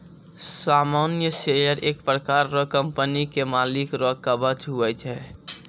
सामान्य शेयर एक प्रकार रो कंपनी के मालिक रो कवच हुवै छै